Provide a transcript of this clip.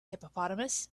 hippopotamus